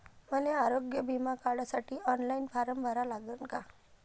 मले आरोग्य बिमा काढासाठी ऑनलाईन फारम भरा लागन का?